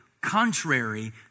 contrary